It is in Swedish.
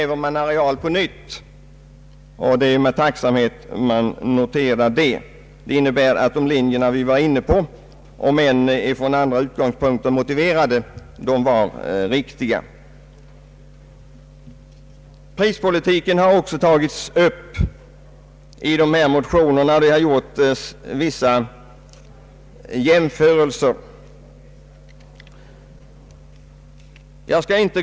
Det noterar vi med tacksamhet. Det visar om än från andra ut Ang. jordbrukspolitiken gångspunkter att den linje som vi var inne på, var riktig. Prispolitiken har också tagits upp i motionerna och vissa jämförelser har gjorts.